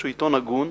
שהוא עיתון הגון,